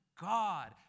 God